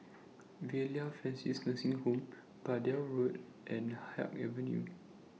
Villa Francis Nursing Home Braddell Road and Haig Avenue